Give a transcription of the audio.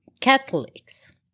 Catholics